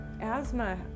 Asthma